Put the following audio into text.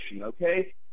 okay